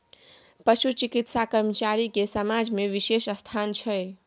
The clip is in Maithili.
पशु चिकित्सा कर्मचारी के समाज में बिशेष स्थान छै